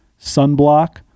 sunblock